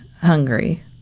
hungry